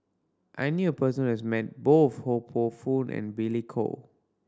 I knew a person who has met both Ho Poh Fun and Billy Koh